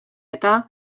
eta